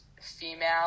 female